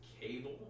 cable